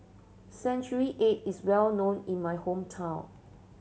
century egg is well known in my hometown